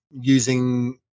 using